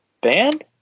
Band